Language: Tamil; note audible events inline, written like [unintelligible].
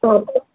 [unintelligible]